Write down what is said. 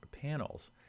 panels